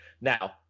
Now